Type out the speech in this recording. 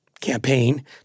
campaign